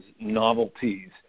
novelties